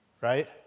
right